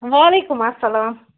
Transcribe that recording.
وعلیکُم السلام